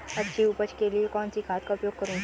अच्छी उपज के लिए कौनसी खाद का उपयोग करूं?